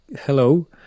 Hello